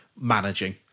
managing